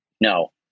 No